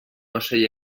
ocell